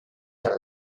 alla